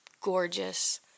gorgeous